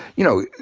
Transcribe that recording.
you know,